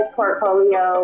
portfolio